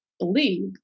believe